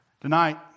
Tonight